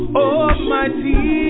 almighty